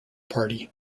party